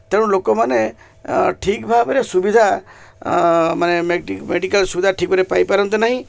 ତେଣୁ ଲୋକମାନେ ଠିକ ଭାବରେ ସୁବିଧା ମାନେ ମେଡ଼ିକାଲ ସୁବିଧା ଠିକରେ ପାଇପାରନ୍ତି ନାହିଁ